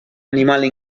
animale